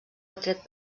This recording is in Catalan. atret